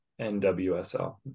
NWSL